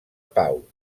pau